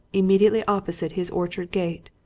immediately opposite his orchard gate.